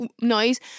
noise